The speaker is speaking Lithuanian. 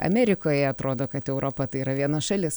amerikoje atrodo kad europa tai yra viena šalis